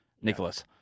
Nicholas